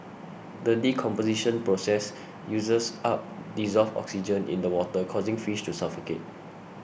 the decomposition process uses up dissolved oxygen in the water causing fish to suffocate